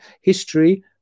History